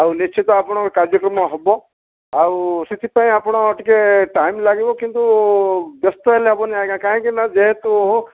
ଆଉ ନିଶ୍ଚିତ ଆପଣଙ୍କ କାର୍ଯ୍ୟକ୍ରମ ହେବ ଆଉ ସେଥିପାଇଁ ଆପଣ ଟିକେ ଟାଇମ ଲାଗିବ କିନ୍ତୁ ବ୍ୟସ୍ତ ହେଲେ ହେବନି ଆଜ୍ଞା କାହିଁକି ନା ଯେହେତୁ